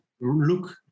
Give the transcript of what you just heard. look